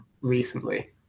recently